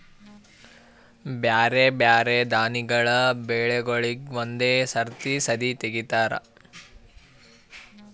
ಬ್ಯಾರೆ ಬ್ಯಾರೆ ದಾನಿಗಳ ಬೆಳಿಗೂಳಿಗ್ ಒಂದೇ ಸರತಿ ಸದೀ ತೆಗಿತಾರ